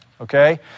okay